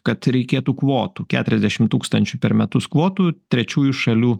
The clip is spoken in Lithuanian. kad reikėtų kvotų keturiasdešim tūkstančių per metus kvotų trečiųjų šalių